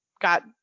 got